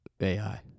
AI